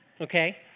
Okay